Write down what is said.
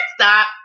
stop